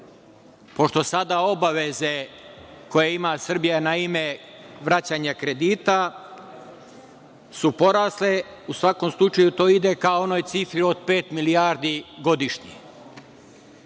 Pošto sada obaveze koje ima Srbija na ime vraćanja kredita su porasle, u svakom slučaju to ide ka onoj cifri od pet milijardi godišnje.